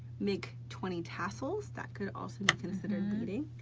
make twenty tassels, that could also be considered beading.